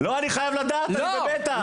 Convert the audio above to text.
לא, אני חייב לדעת, אני במתח.